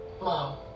Mom